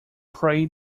pray